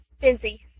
busy